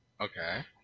Okay